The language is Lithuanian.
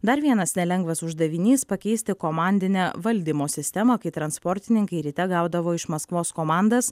dar vienas nelengvas uždavinys pakeisti komandinę valdymo sistemą kai transportininkai ryte gaudavo iš maskvos komandas